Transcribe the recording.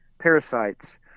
Parasites